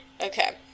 Okay